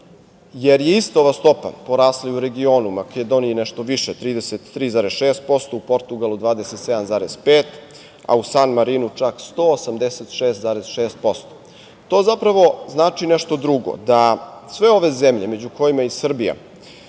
jer je ista ova stopa porasla i u regionu. U Makedoniji nešto više 33,6%, u Portugalu 27,5%, a u San Marinu čak 186,6%. To zapravo znači nešto drugo, da sve ove zemlje, među kojima je i Srbija,